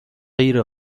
غیر